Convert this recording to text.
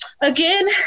Again